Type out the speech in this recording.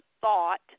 thought